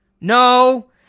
No